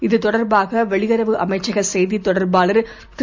இதுதொடர்பாக வெளியுறவ்அமைச்சகசெய்திதொடர்பாளர்திரு